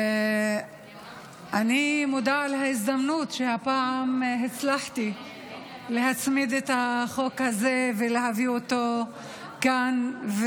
אני מודה על ההזדמנות שהפעם הצלחתי להצמיד את החוק הזה ולהביא אותו כאן,